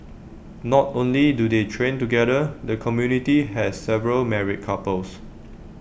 not only do they train together the community has several married couples